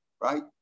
right